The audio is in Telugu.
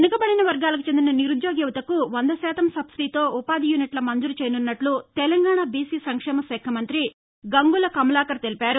వెనుకబడిన వర్గాలకు చెందిన నిరుద్యోగ యుపతకు వంద శాతం సబ్సిదీతో ఉపాధి యూనిట్ల మంజూరు చేయనున్నట్లు తెలంగాణ బీసీ సంక్షేమశాఖ మంత్రి గంగుల కమలాకర్ తెలిపారు